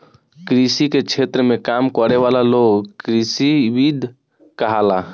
कृषि के क्षेत्र में काम करे वाला लोग कृषिविद कहाला